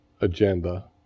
agenda